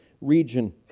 region